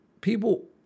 people